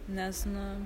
nes nu